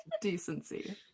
decency